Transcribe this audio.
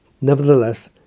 Nevertheless